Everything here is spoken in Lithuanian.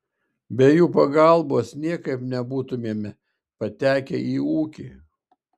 be jų pagalbos niekaip nebūtumėme patekę į ūkį